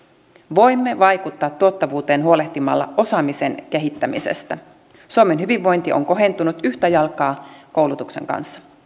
voimme vaikuttaa tuottavuuteen huolehtimalla osaamisen kehittämisestä suomen hyvinvointi on kohentunut yhtä jalkaa koulutuksen kanssa